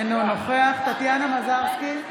אינו נוכח טטיאנה מזרסקי,